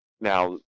Now